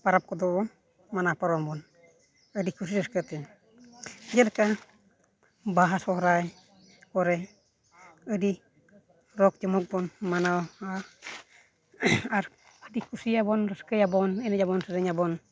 ᱯᱚᱨᱚᱵᱽ ᱠᱚᱫᱚ ᱢᱟᱱᱟᱣ ᱯᱟᱨᱚᱢ ᱟᱵᱚᱱ ᱟᱹᱰᱤ ᱠᱩᱥᱤ ᱨᱟᱹᱥᱠᱟᱹᱛᱮ ᱡᱮᱞᱮᱠᱟ ᱵᱟᱦᱟ ᱥᱚᱦᱚᱨᱟᱭ ᱠᱚᱨᱮ ᱟᱹᱰᱤ ᱡᱟᱠ ᱡᱚᱢᱚᱠ ᱵᱚᱱ ᱢᱟᱱᱟᱣᱟ ᱟᱨ ᱟᱹᱰᱤ ᱠᱩᱥᱤᱭᱟᱵᱚᱱ ᱨᱟᱹᱥᱠᱟᱹᱭᱟᱵᱚᱱ ᱮᱱᱮᱡ ᱟᱵᱚᱱ ᱥᱮᱨᱮᱧ ᱟᱵᱚᱱ